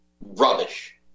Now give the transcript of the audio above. rubbish